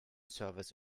service